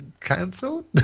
cancelled